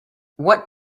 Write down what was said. what